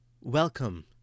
Welcome